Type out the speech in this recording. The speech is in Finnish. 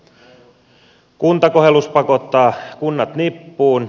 kuntakohellus pakottaa kunnat nippuun